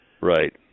Right